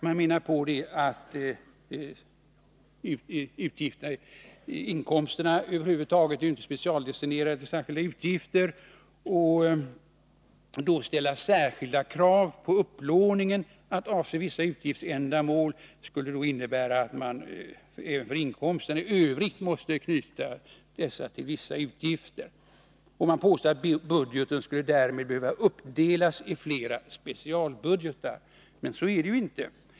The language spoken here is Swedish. Man säger att inkomsterna inte är specialdestinerade till särskilda utgifter, och att då ställa särskilda krav på upplåningen att avse vissa utgiftsändamål skulle innebära att också inkomsterna i övrigt måste knytas till vissa utgifter. Man påstår att budgeten därmed skulle behöva uppdelas i flera specialbudgetar. Men så är det inte.